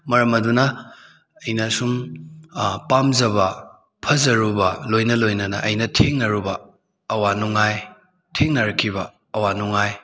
ꯃꯔꯝ ꯑꯗꯨꯅ ꯑꯩꯅ ꯁꯨꯝ ꯄꯥꯝꯖꯕ ꯐꯖꯔꯨꯕ ꯂꯣꯏꯅ ꯂꯣꯏꯅꯅ ꯑꯩꯅ ꯊꯦꯡꯅꯔꯨꯕ ꯑꯋꯥ ꯅꯨꯡꯉꯥꯏ ꯊꯦꯡꯅꯔꯛꯈꯤꯕ ꯑꯋꯥ ꯅꯨꯡꯉꯥꯏ